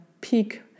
peak